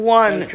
one